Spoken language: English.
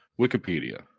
Wikipedia